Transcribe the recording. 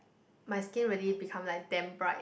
my skin really become like damn bright